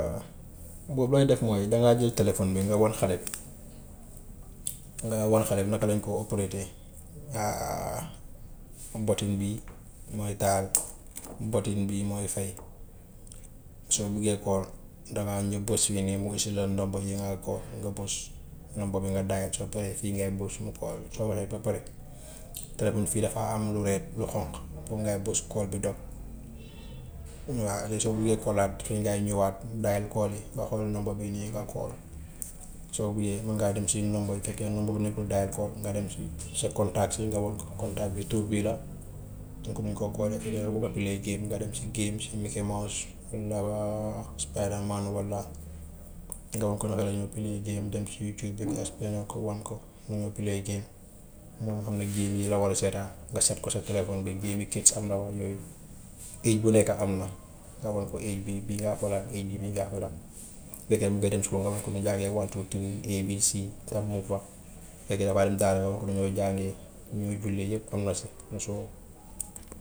Boo koy def mooy dangaa jël téléphone bi nga wan xale bi, nga wan xale bi naka lañ ko ampullate comme button bii mooy taal button bii mooy fay, soo buggee call dangaa ñu bës fii nii mu indi la number yi ngaa call nga bës number bi nga dial soo paree fii ngay bës mu call; soo waxee ba pare téléphone fii dafa am lu red lu xonk foofu ngay bës call bi dog. Waa léegi soo buggee call(aat) fii ngay ñëwaat, dial call yi nga xool number bii nii nga call, soo buggee mun ngaa dem si number su fekkee number bu nekkul dial call nga dem si sa contacts yi nga wan ko contacts bi tur bii la dinga ko mun a call, su fekkee danga bugg a play game, mun ngaa dem si game si mickey mange, walla waa spider man, walla nga wan ko ne ko dañoo play game dem si youtube bi wan ko nu mu play game. Moom xam na game yii la war a seetaan nga seet ko sa téléphone bi game bi case am na yooyu, age bu nekk am na nga wan ko age bii bii la xoolaat age bii bii laa xoolaat. Su fekkee mu ngee dem school nga wan ko mu jàngee one, two, three, a, b, c su fekkee dafa dem daara nga wan ko ni muy jàngee, nu muy jullee yëpp am na si.